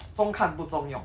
中看不中用